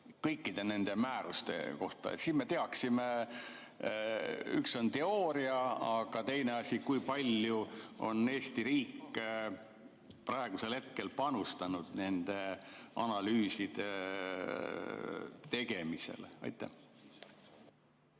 kõikide nende määruste kohta? Siis me teaksime. Üks on teooria, aga teine asi on see, kui palju on Eesti riik praegu panustanud nende analüüside tegemisse. Hea